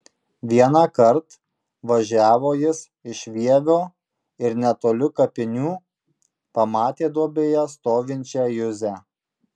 vienąkart važiavo jis iš vievio ir netoli kapinių pamatė duobėje stovinčią juzę